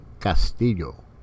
Castillo